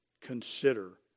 Consider